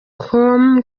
com